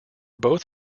both